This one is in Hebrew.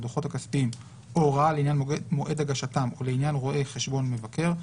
הדוחות הכספיים או הוראה לעניין מועד הגשתם או לעניין רואה חשבון מבקר,